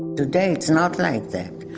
today, it's not like that.